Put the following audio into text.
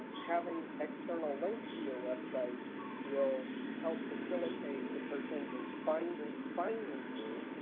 having external links to your website will help facilitate the search engineis finding finding you.